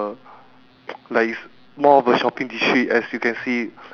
ya so this is basically O-level oral conversation